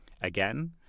Again